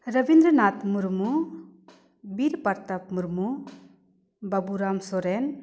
Rabindranath Murmu Bir Pratap Murmu Baburam Soren